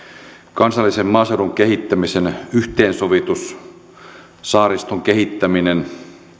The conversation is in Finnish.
kansallisen maaseudun kehittämisen yhteensovitus saariston kehittäminen